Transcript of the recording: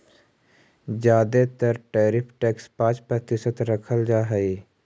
जादे तर tariff tax पाँच प्रतिशत रखल जा हई